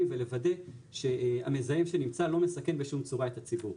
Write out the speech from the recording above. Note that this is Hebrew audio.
ולוודא שהמזהם שנמצא לא מסכן בשום צורה את הציבור.